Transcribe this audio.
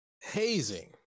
hazing